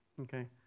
Okay